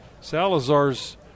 Salazar's